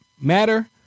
Matter